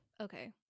Okay